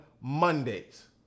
Mondays